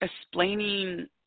explaining